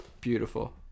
Beautiful